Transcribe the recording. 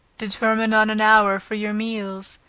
determine on an hour for your meals,